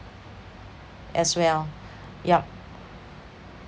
as well yup